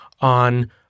on